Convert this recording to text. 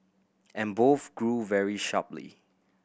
and both grew very sharply